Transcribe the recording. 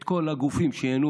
את כל הגופים שייהנו